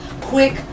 quick